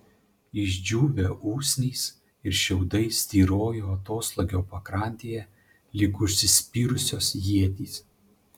išdžiūvę usnys ir šiaudai styrojo atoslūgio pakrantėje lyg užsispyrusios ietys